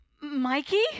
Mikey